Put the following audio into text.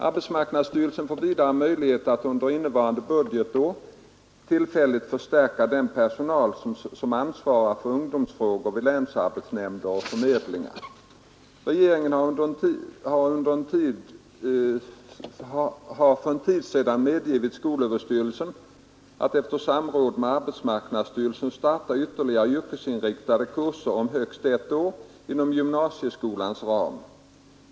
Arbetsmarknadsstyrelsen får vidare möjlighet att under innevarande budgetår tillfälligt förstärka den personal som ansvarar för ungdomsfrågor på länsarbetsnämnder och arbetsförmedlingar. Regeringen har för en tid sedan medgivit skolöverstyrelsen att efter samråd med arbetsmarknadsstyrelsen starta ytterligare yrkesinriktade kurser om högst ett år inom gymnasieskolans ram.